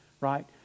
right